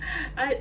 I